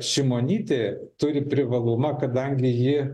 šimonytė turi privalumą kadangi ji